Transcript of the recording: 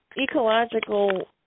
ecological